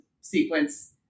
sequence